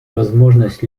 возможность